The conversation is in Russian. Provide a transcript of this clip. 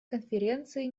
конференции